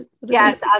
Yes